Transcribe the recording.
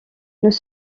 nous